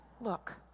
look